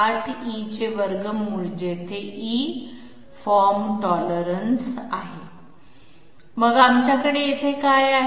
8 e चे वर्गमूळ जेथे e फॉर्म टॉलरन्स आहे √8 −4 2 Sqrt 8eK 4e2I मग आमच्याकडे इथे काय आहे